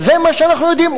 זה מה שאנחנו יודעים.